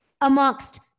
amongst